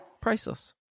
Priceless